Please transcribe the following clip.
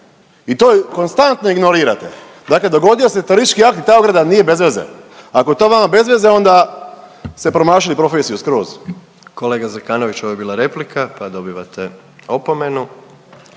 I to konstantno ignorirate. Dakle, dogodio se teroristički akt i ta ograda nije bez veze. Ako je to vama bez veze, onda ste promašili profesiju skroz. **Jandroković, Gordan (HDZ)** Kolega Zekanović, ovo je bila replika pa dobivate opomenu.